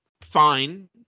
fine